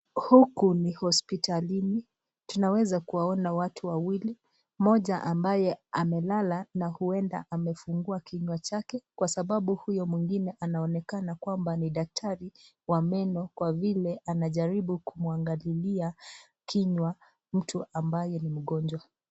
Huku ni hospitalini tunaweza kuwaona watu wawili moja ambaye amelala na uenda amefungua kinywa chake kwa sababu huyo mwingine anaonekana kwamba ni daktari wa meno kwa vile anajaribu kuangalia kinywa mtu ambaye ni mgonjwa.